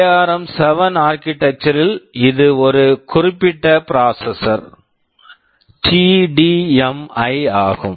ARM seven ARM7 architecture architecture ல் இது ஒரு குறிப்பிட்ட ப்ராசஸர் processor திடிம்ஐ TDMI ஆகும்